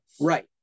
right